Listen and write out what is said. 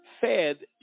fed